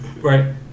Right